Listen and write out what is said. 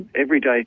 everyday